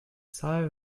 sigh